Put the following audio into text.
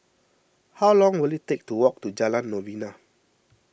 how long will it take to walk to Jalan Novena